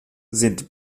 sind